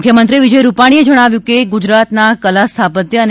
મુખ્યમંત્રી વિજય રૂપાણીએ જણાવ્યું કે ગુજરાતના કલા સ્થાપ્ત્ય અને